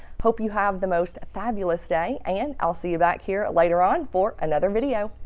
hope you have the most fabulous day and i'll see you back here later on for another video.